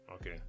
Okay